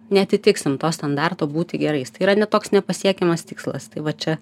neatitiksim to standarto būti gerais tai yra ne toks nepasiekiamas tikslas tai va čia